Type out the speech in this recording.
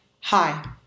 hi